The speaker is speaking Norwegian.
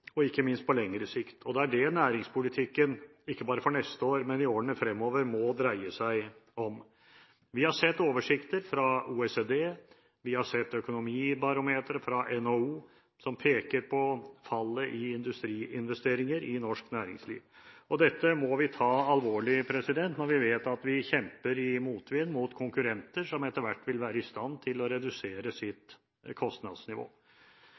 og ikke minst på lengre sikt. Det er det næringspolitikken, ikke bare for neste år, men i årene fremover, må dreie seg om. Vi har sett oversikter fra OECD, og vi har sett økonomibarometre fra NHO som peker på fallet i industriinvesteringer i norsk næringsliv. Dette må vi ta alvorlig når vi vet at vi kjemper i motvind mot konkurrenter, som etter hvert vil være i stand til å redusere sitt kostnadsnivå.